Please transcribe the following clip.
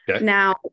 now